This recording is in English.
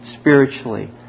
spiritually